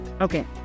okay